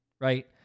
right